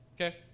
Okay